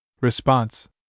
Response